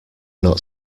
not